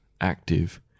active